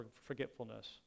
forgetfulness